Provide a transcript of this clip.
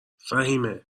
فهیمه